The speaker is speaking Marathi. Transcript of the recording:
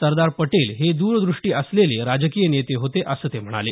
सरदार पटेल हे द्रदृष्टी असलेले राजकीय नेते होते असं ते म्हणाले